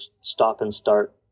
stop-and-start